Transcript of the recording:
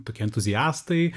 tokie entuziastai